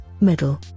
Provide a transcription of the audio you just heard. middle